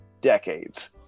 Decades